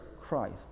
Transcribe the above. Christ